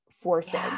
forcing